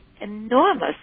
enormous